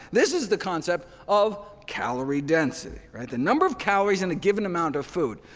this is the concept of calorie density the number of calories in a given amount of food.